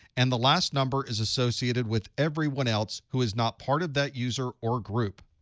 and the last number is associated with everyone else who is not part of that user or group.